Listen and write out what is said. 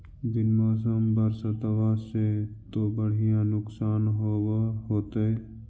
बिन मौसम बरसतबा से तो बढ़िया नुक्सान होब होतै?